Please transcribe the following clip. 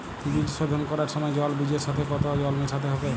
বীজ শোধন করার সময় জল বীজের সাথে কতো জল মেশাতে হবে?